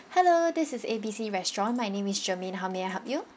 hello this is A B C restaurant my name is germaine how may I help you